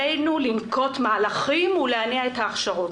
עלינו לנקוט מהלכים ולהניע את ההכשרות.